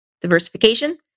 diversification